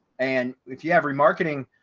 and if you have remarketing